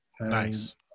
Nice